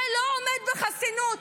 זה לא עומד בחסינות.